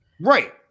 Right